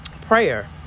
prayer